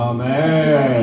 Amen